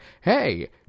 Hey